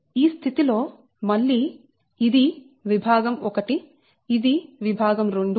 కనుక ఈ స్థితి లో మళ్లీ ఇది విభాగం 1 విభాగం 2 మరియు విభాగం 3